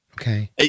okay